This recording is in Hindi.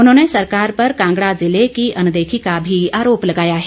उन्होंने सरकार पर कांगड़ा जिले की अनदेखी का भी आरोप लगाया है